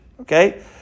Okay